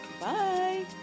Bye